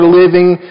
living